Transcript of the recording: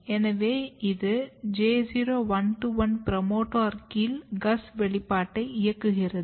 எனவே இது J0121 promoter கீழ் GUS வெளிப்பாட்டை இயக்குகிறது